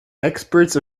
experts